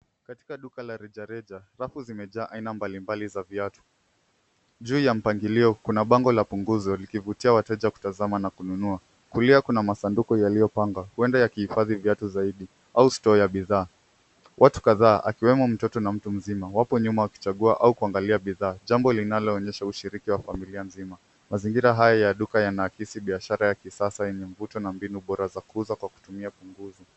Katika duka la rejareja rafu zimejaa aina mbalimbali za viatu. Juu ya mpangilio kuna bango la punguzo likivutia wateja kutazama na kununua. Kulia kuna masanduku yaliyopangwa huenda yakihifadhi viatu zaidi au store ya bidhaa. Watu kadhaa akiwemo mtoto na mtu mzima wapo nyuma wakichagua au kuangalia bidhaa. Jambo linaloonyesha ushiriki wa familia nzima. Mazingira haya ya duka yanaakisi biashara ya kisasa yenye mvuto na mbinu bora za kuuza kwa kutumia punguzo.